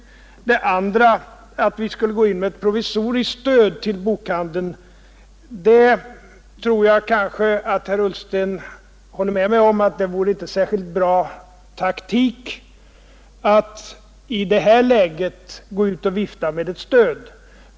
När det gäller det andra, att vi skulle gå in med ett provisoriskt stöd till bokhandeln, tror jag att herr Ullsten håller med mig om att det inte vore särskilt bra taktik att i det här läget gå ut och vifta med ett stöd.